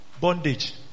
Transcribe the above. bondage